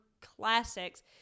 classics